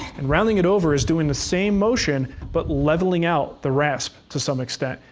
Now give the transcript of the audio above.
and rounding it over is doing the same motion, but leveling out the rasp to some extent.